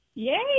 Yay